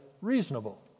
reasonable